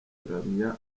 kuramya